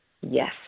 Yes